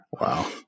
Wow